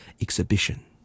exhibition